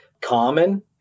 common